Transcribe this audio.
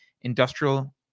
Industrial